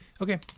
Okay